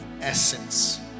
essence